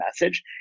message